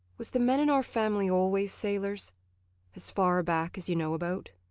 was the men in our family always sailors as far back as you know about?